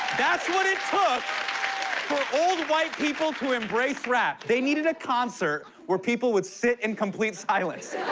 that's what it took for old white people to embrace rap. they needed a concert where people would sit in complete silence.